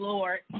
Lord